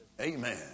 Amen